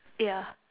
ya